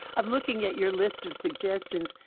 i'm looking at your list of suggestions.